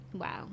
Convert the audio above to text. Wow